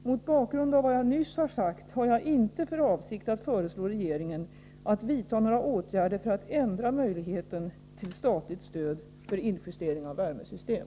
Mot bakgrund av vad jag nyss sagt har jaginte för avsikt att föreslå regeringen att vidta några åtgärder för att ändra möjligheten till statligt stöd för injustering av värmesystem.